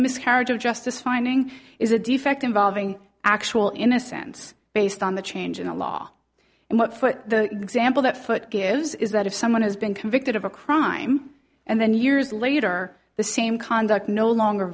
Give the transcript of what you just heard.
miscarriage of justice finding is a defect involving actual innocence based on the change in the law and what for the example that foot gives is that if someone has been convicted of a crime and then years later the same conduct no longer